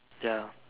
ya